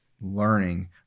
learning